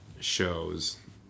shows